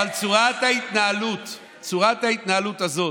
אבל צורת ההתנהלות הזאת,